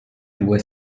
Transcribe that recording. due